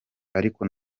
ariko